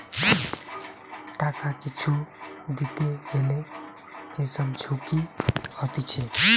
টাকা কিছু দিতে গ্যালে যে সব ঝুঁকি হতিছে